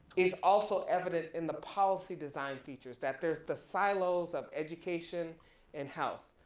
is also evident in the policy design features that there's the silos of education and health.